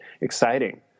exciting